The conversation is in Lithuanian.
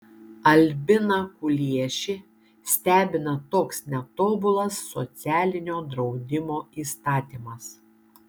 albiną kuliešį stebina toks netobulas socialinio draudimo įstatymas